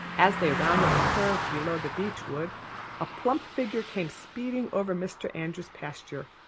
as they rounded the curve below the beech wood a plump figure came speeding over mr. andrews' pasture,